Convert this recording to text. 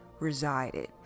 resided